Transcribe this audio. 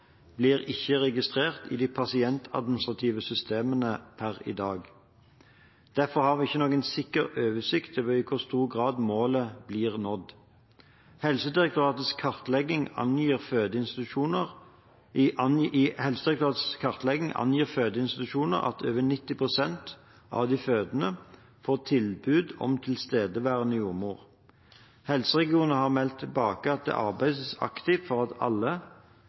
blir ikke registrert i de pasientadministrative systemene per i dag. Derfor har vi ikke noen sikker oversikt over i hvor stor grad målet blir nådd. I Helsedirektoratets kartlegging angir fødeinstitusjoner at over 90 pst. av de fødende får tilbud om tilstedeværende jordmor. Helseregionene har meldt tilbake at det arbeides aktivt for at alle